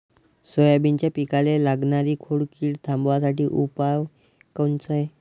सोयाबीनच्या पिकाले लागनारी खोड किड थांबवासाठी उपाय कोनचे?